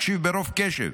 מקשיב ברוב קשב,